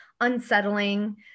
unsettling